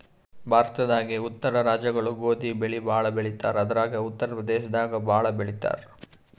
ಭಾರತದಾಗೇ ಉತ್ತರ ರಾಜ್ಯಗೊಳು ಗೋಧಿ ಬೆಳಿ ಭಾಳ್ ಬೆಳಿತಾರ್ ಅದ್ರಾಗ ಉತ್ತರ್ ಪ್ರದೇಶದಾಗ್ ಭಾಳ್ ಬೆಳಿತಾರ್